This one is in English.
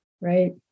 right